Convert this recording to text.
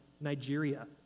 Nigeria